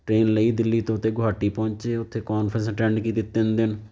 train ਲਈ ਦਿੱਲੀ ਤੋਂ ਅਤੇ ਗੁਹਾਟੀ ਪਹੁੰਚੇ ਉੱਥੇ ਕੌਨਫਰੰਸ ਅਟੈਂਡ ਕੀਤੀ ਤਿੰਨ ਦਿਨ